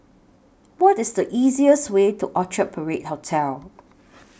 What IS The easiest Way to Orchard Parade Hotel